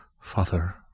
father